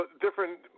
different